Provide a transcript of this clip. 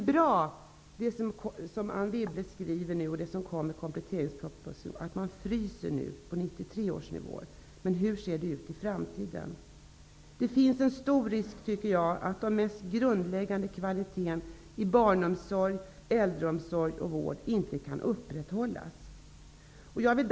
Förslaget i kompletteringspropositionen att frysa statsbidragen på 1993 års nivå är bra. Men hur ser det ut i framtiden? Det finns en stor risk att den grundläggande kvaliteten på barnomsorg, äldreomsorg och vård inte kan upprätthållas.